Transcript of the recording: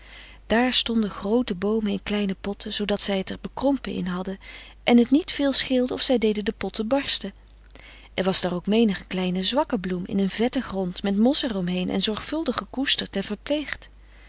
daar stonden groote boomen in kleine potten zoodat zij het er bekrompen in hadden en het niet veel scheelde of zij deden de potten barsten er was daar ook menige kleine zwakke bloem in een vetten grond met mos er omheen en zorgvuldig gekoesterd en